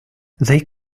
they